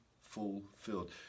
fulfilled